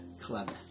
clever